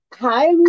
Hi